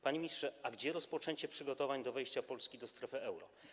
Panie ministrze, a gdzie rozpoczęcie przygotowań do wejścia Polski do strefy euro?